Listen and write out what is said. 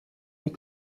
des